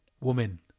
woman